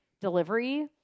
delivery